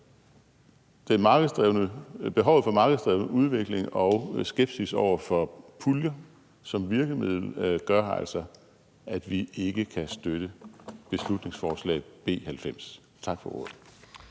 for. Så behovet for markedsdreven udvikling og skepsis over for puljer som virkemiddel gør altså, at vi ikke kan støtte beslutningsforslag nr. B 90. Tak for ordet.